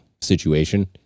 situation